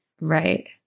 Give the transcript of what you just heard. Right